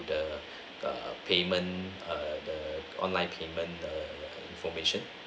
the err payment err the online payment err information